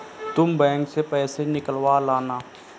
तुम बैंक से पैसे निकलवा लाना